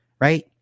right